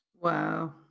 Wow